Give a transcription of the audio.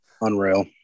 Unreal